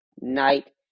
night